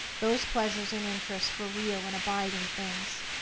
those pleasures and interests for real and abiding things.